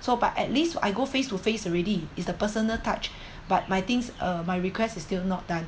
so but at least I go face to face already it's the personal touch but my things uh my request is still not done